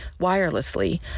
wirelessly